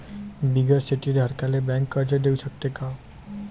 बिगर शेती धारकाले बँक कर्ज देऊ शकते का?